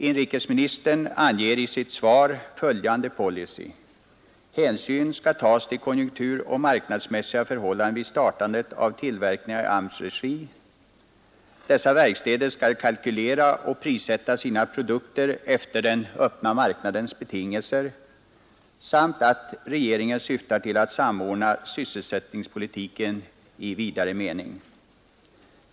Inrikesministern anger i sitt svar följande policy: hänsyn skall tas till konjunkturoch marknadsmässiga förhållanden vid startandet av tillverkningar i AMS:s regi, ifrågavarande verkstäder skall kalkylera och prissätta sina produkter efter den öppna marknadens betingelser, och regeringen syftar till att samordna sysselsättningspolitiken i vid mening.